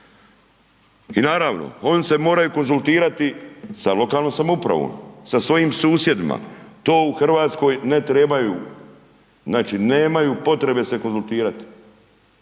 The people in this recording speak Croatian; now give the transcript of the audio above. I naravno oni se moraju konzultirati sa lokalnom samoupravom, sa svojim susjedima, to u Hrvatskoj ne trebaju, znači nemaju potrebe se konzultirati.